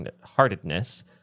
heartedness